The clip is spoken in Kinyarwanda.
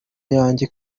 yange